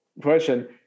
question